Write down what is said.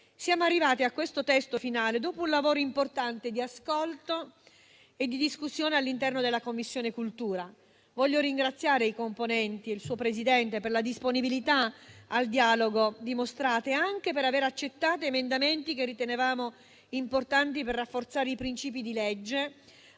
Siamo arrivati a questo testo finale dopo un lavoro importante di ascolto e di discussione all'interno della Commissione cultura. Voglio ringraziare i componenti e il suo Presidente per la disponibilità al dialogo dimostrata e per aver accettato emendamenti che ritenevamo importanti al fine di rafforzare i principi di legge,